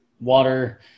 water